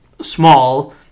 small